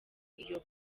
iyo